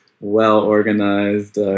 well-organized